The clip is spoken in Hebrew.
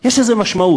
יש לזה משמעות.